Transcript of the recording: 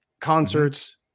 concerts